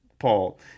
paul